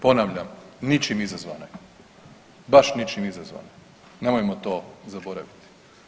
Ponavljam ničim izazvana, baš ničim izazvana, nemojmo to zaboraviti.